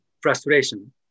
frustration